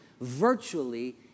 virtually